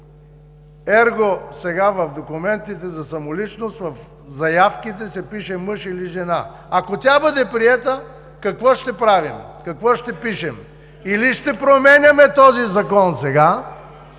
Ерго, сега в документите за самоличност, в заявките се пише мъж или жена. Ако тя бъде приета, какво ще правим? Какво ще пишем? Или ще променяме този закон сега,